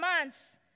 months